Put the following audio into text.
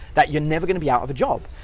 that you're never gonna be out of a job.